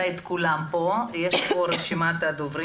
אתן את רשות הדיבור